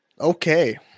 Okay